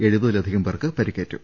എഴുപതിലധികം പേർക്ക് പരിക്കേറ്റു